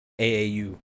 aau